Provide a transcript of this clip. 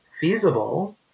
feasible